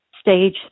stage